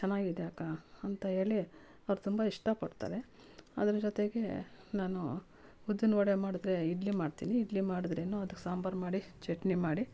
ಚೆನ್ನಾಗಿದೆ ಅಕ್ಕ ಅಂತ ಹೇಳಿ ಅವ್ರು ತುಂಬ ಇಷ್ಟಪಡ್ತಾರೆ ಅದರ ಜೊತೆಗೆ ನಾನು ಉದ್ದಿನವಡೆ ಮಾಡಿದ್ರೆ ಇಡ್ಲಿ ಮಾಡ್ತೀನಿ ಇಡ್ಲಿ ಮಾಡಿದ್ರೆ ಅದು ಸಾಂಬಾರು ಮಾಡಿ ಚಟ್ನಿ ಮಾಡಿ